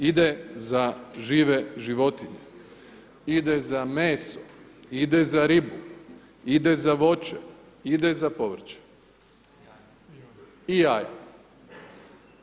Ide za žive životinje, ide za meso, ide za ribu, ide za voće, ide za povrće i jaja.